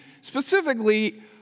Specifically